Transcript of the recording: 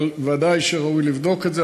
אבל ודאי שראוי לבדוק את זה.